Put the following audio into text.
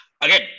Again